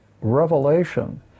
revelation